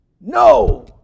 no